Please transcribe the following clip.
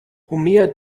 homer